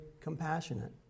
compassionate